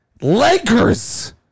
Lakers